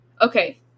Okay